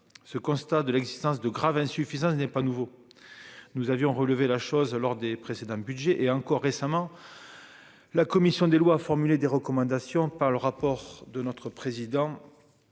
ce constat de l'existence de graves insuffisances n'est pas nouveau, nous avions relevé la chose lors des précédents Budgets, et encore récemment, la commission des lois, formuler des recommandations par le rapport de notre président,